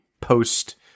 post